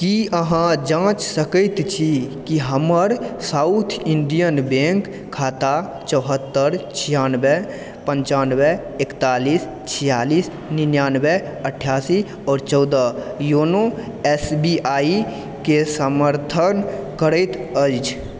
की अहाँ जाँचि सकैत छी कि हमर साउथ इण्डियन बैंक खाता चौहत्तरि छिआनबे पन्चानबे एकतालीस छिआलिस निनानबे अठासी आओर चौदह योनो एस बी आईके समर्थन करैत अछि